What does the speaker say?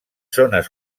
zones